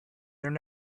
their